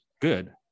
good